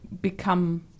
become